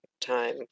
time